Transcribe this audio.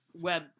web